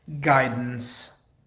guidance